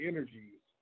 Energies